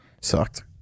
sucked